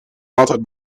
maaltijd